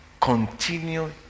Continue